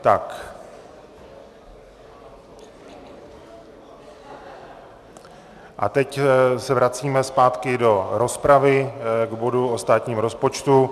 Tak a teď se vracíme zpátky do rozpravy k bodu o státním rozpočtu.